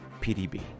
PDB